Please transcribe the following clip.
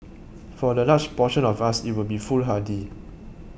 for the large portion of us it would be foolhardy